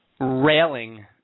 railing